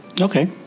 okay